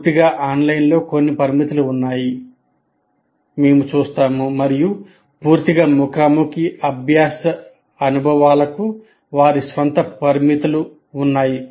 అంటే పూర్తిగా ఆన్లైన్లో కొన్ని పరిమితులు ఉన్నాయి మరియు పూర్తిగా ముఖాముఖి అభ్యాస అనుభవాలకు వారి స్వంత పరిమితులు ఉన్నాయి